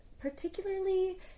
particularly